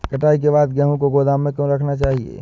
कटाई के बाद गेहूँ को गोदाम में क्यो रखना चाहिए?